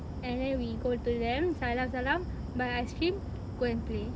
and then we go to them salam salam buy ice cream go and play